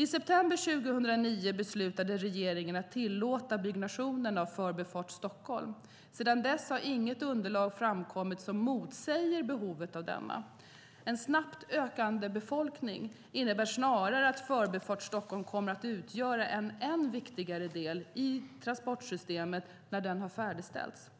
I september 2009 beslutade regeringen att tillåta byggnation av Förbifart Stockholm. Sedan dess har inget underlag framkommit som motsäger behovet av denna. En snabbt ökande befolkning innebär snarare att Förbifart Stockholm kommer att utgöra en än viktigare del i transportsystemet när den har färdigställts.